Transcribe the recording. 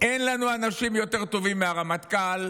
אין לנו אנשים יותר טובים מהרמטכ"ל,